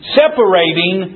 separating